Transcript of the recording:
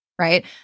right